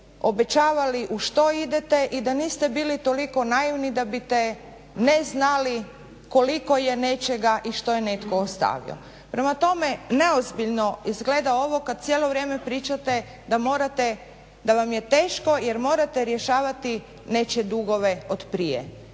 obećavali u što idete i da niste bili toliko naivni da biste ne znali koliko je nečega i što je netko ostavio. Prema tome, neozbiljno izgleda ovo kad cijelo vrijeme pričate da morate, da vam je teško jer morate rješavati nečije dugove otprije.